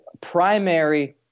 primary